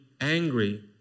angry